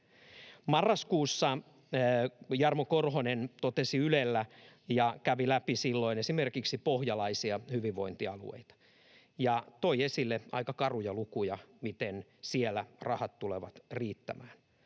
Marraskuussa Jarmo Korhonen puhui Ylelle ja kävi läpi silloin esimerkiksi pohjalaisia hyvinvointialueita ja toi esille aika karuja lukuja, miten siellä rahat tulevat riittämään.